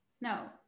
No